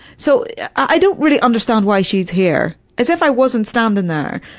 so, i don't really understand why she's here. as if i wasn't standing there.